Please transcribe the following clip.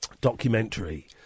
documentary